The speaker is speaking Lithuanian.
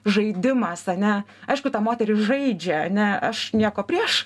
žaidimas ane aišku ta moteris žaidžia ane aš nieko prieš